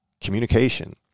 communication